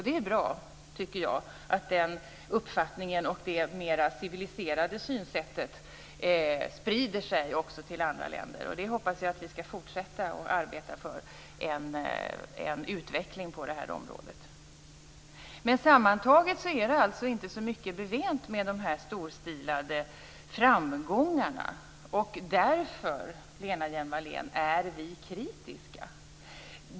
Det är bra att den uppfattningen och det mer civiliserade synsättet sprider sig också till andra länder. Jag hoppas att vi skall fortsätta att arbeta för en utveckling på det här området. Men sammantaget är det inte så mycket bevänt med dessa storstilade framgångar. Därför, Lena Hjelm-Wallén, är vi kritiska.